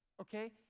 okay